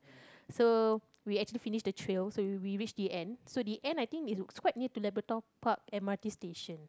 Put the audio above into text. so we actually finish the trail so we we reach the end so the end I think is quite near to Labrador Park M_R_T station